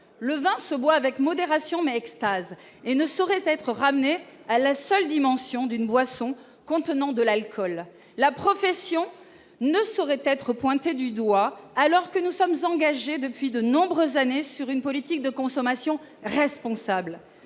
le vin se boit avec modération mais extase et ne saurait être ramenée à la seule dimension d'une boisson contenant de l'alcool, la profession ne saurait être pointés du doigt, alors que nous sommes engagés depuis de nombreuses années sur une politique de consommation responsable